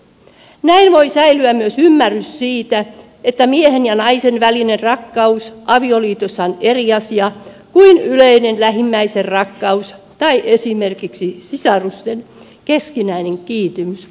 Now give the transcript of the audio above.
näin voi säilyä myös ymmärrys siitä että miehen ja naisen välinen rakkaus avioliitossa on eri asia kuin yleinen lähimmäisenrakkaus tai esimerkiksi sisarusten keskinäinen kiintymys